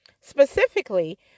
Specifically